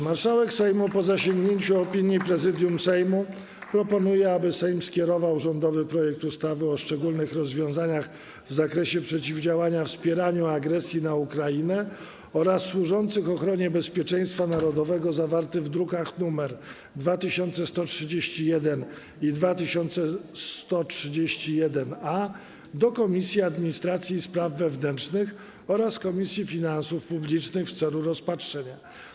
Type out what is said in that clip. Marszałek Sejmu, po zasięgnięciu opinii Prezydium Sejmu, proponuje, aby Sejm skierował rządowy projekt ustawy o szczególnych rozwiązaniach w zakresie przeciwdziałania wspieraniu agresji na Ukrainę oraz służących ochronie bezpieczeństwa narodowego, zawarty w drukach nr 2131 i 2131-A, do Komisji Administracji i Spraw Wewnętrznych oraz Komisji Finansów Publicznych w celu rozpatrzenia.